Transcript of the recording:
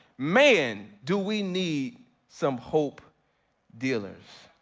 man, do we need some hope dealers.